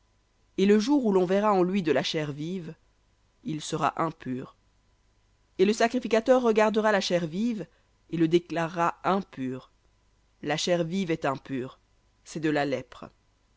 et le jour où l'on verra en lui de la chair vive il sera impur et le sacrificateur regardera la chair vive et le déclarera impur la chair vive est impure c'est de la lèpre